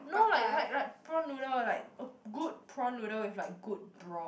no like like like prawn noodle like a good prawn noodle with like good broth